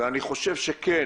ואני חושב שכן,